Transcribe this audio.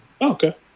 Okay